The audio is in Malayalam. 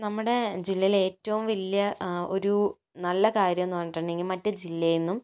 നമ്മുടെ ജില്ലയിലെ ഏറ്റവും വലിയ ഒരു നല്ല കാര്യം എന്നു പറഞ്ഞിട്ടുണ്ടെങ്കിൽ മറ്റു ജില്ലയിൽനിന്നും